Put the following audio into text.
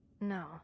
No